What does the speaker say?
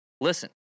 Listen